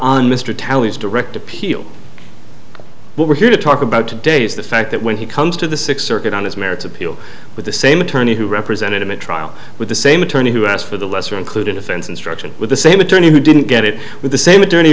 on mr talley's direct appeal but we're here to talk about today is the fact that when he comes to the sixth circuit on its merits appeal with the same attorney who represented in the trial with the same attorney who asked for the lesser included offense instruction with the same attorney who didn't get it with the same a